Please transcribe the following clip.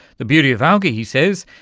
the beauty of algae, he says,